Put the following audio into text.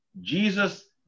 Jesus